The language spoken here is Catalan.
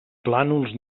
plànols